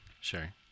Sure